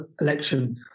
election